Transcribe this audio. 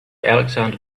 alexander